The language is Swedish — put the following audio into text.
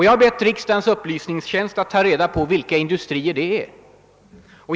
Jag har bett riksdagens upplysningstjänst att ta reda på vilka industrier det är.